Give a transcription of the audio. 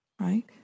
right